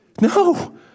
No